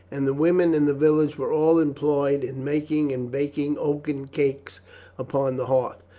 and the women in the village were all employed in making and baking oaten cakes upon the hearth.